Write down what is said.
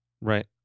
right